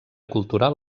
cultural